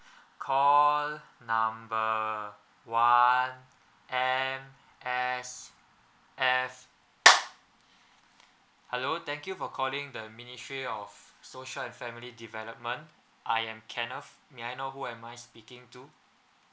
call number one M_S_F hello thank you for calling the ministry of social and family development I am kenneth may I know who am I speaking to